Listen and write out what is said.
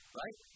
right